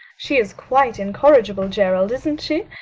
she is quite incorrigible, gerald, isn't she?